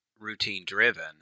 routine-driven